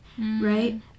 Right